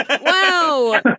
Wow